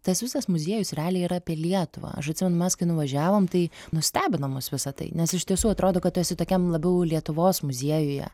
tas visas muziejus realiai yra apie lietuvą aš atsimenu mes kai nuvažiavom tai nustebino mus visa tai nes iš tiesų atrodo kad tu esi tokiam labiau lietuvos muziejuje